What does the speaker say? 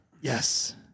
Yes